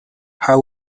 how